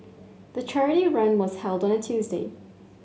the charity run was held on a Tuesday